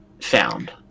found